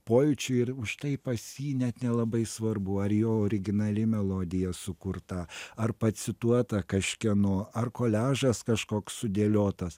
pojūčiu ir užtai pas jį net nelabai svarbu ar jo originali melodija sukurta ar pacituota kažkieno ar koliažas kažkoks sudėliotas